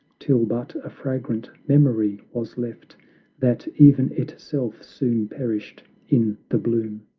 till but a fragrant memory was left that e'en itself soon perished in' the bloom.